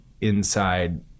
inside